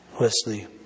Wesley